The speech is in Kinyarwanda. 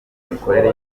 imikorere